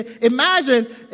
imagine